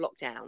lockdown